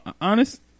honest